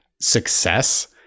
success